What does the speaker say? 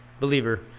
Believer